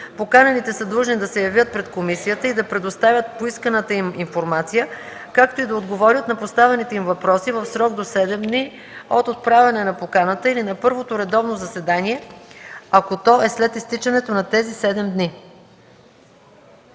Поканените са длъжни да се явят пред комисията и да предоставят поисканата им информация, както и да отговарят на поставените им въпроси в срок до 7 дни от отправяне на поканата или на първото редовно заседание, ако то е след изтичането на тези 7 дни.”